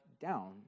down